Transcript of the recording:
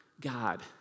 God